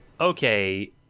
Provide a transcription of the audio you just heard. Okay